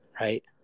right